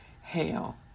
hell